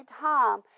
time